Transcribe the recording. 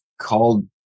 called